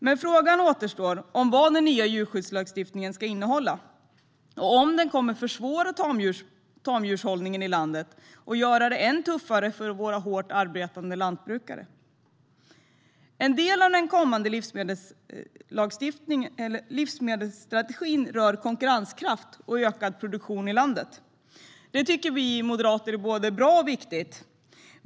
Men frågan återstår om vad den nya djurskyddslagstiftningen ska innehålla och om den kommer att försvåra tamdjurshållningen i landet och göra det ännu tuffare för våra hårt arbetande lantbrukare. En del av den kommande livsmedelsstrategin rör konkurrenskraft och ökad produktion i landet. Det tycker vi moderater är både bra och viktigt.